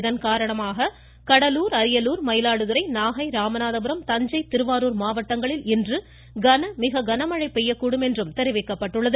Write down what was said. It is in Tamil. இதன் காரணமாக இன்று கடலூர் அரியலூர் மயிலாடுதுறை நாகை ராமநாதபுரம் தஞ்சை திருவாரூர் மாவட்டங்களில் கன மிக கனமழை பெய்யக்கூடும் என தெரிவிக்கப்பட்டுள்ளது